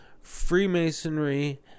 Freemasonry